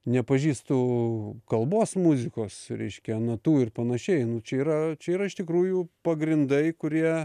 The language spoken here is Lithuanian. nepažįstu kalbos muzikos reiškia natų ir panašiai nu čia yra čia yra iš tikrųjų pagrindai kurie